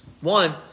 One